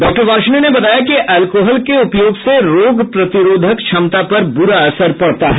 doctor Varshney ने बताया कि एल्कोहल के उपयोग से रोग प्रतिरोधक क्षमता पर बुरा असर पडता है